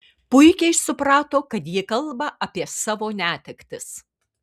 puikiai suprato kad ji kalba apie savo netektis